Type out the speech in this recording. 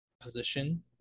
position